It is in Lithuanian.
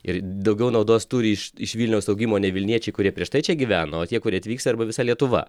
ir daugiau naudos turi iš iš vilniaus augimo ne vilniečiai kurie prieš tai čia gyveno o tie kurie atvyks arba visa lietuva